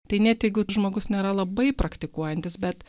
tai net jeigu žmogus nėra labai praktikuojantis bet